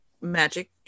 magic